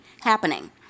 happening